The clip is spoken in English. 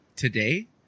Today